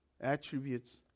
Attributes